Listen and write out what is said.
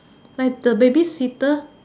like the baby seater